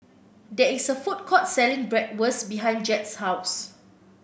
there is a food court selling Bratwurst behind Jett's house